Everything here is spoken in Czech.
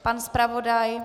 Pan zpravodaj?